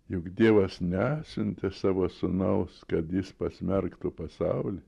juk dievas nesiuntė savo sūnaus kad jis pasmerktų pasaulį